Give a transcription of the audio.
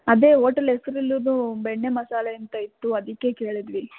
ಅದೇ ಹೋಟೆಲ್ ಹೆಸ್ರಿರೋದು ಬೆಣ್ಣೆ ಮಸಾಲೆ ಅಂತ ಇತ್ತು ಅದಕ್ಕೆ ಕೇಳಿದ್ವಿ